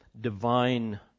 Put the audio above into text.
divine